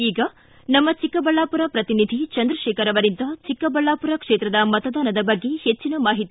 ಈಗ ನಮ್ಮ ಚಿಕ್ಕಬಳ್ಯಾಮರ ಪ್ರತಿನಿಧಿ ಚಂದ್ರಶೇಖರ ಅವರಿಂದ ಚಿಕ್ಕಬಳ್ಯಾಮರ ಕ್ಷೇತ್ರದ ಮತದಾನದ ಬಗ್ಗೆ ಹೆಚ್ಚಿನ ಮಾಹಿತಿ